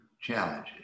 challenges